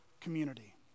community